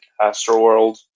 Astroworld